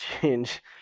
change